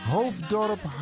Hoofddorp